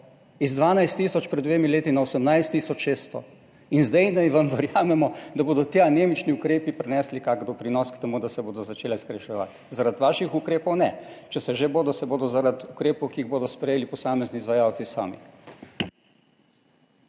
z 12 tisoč pred dvema letoma na 18 tisoč 600. Zdaj naj vam verjamemo, da bodo ti anemični ukrepi prinesli kak doprinos k temu, da se bodo začele skrajševati. Zaradi vaših ukrepov ne. Če se že bodo, se bodo zaradi ukrepov, ki jih bodo sprejeli posamezni izvajalci sami.